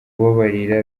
kubabarira